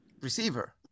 Receiver